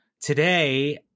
Today